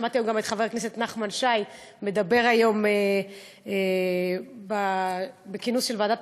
שמעתי גם את חבר הכנסת נחמן שי מדבר היום בכינוס של ועדת